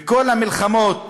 בכל המלחמות